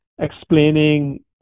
explaining